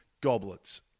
goblets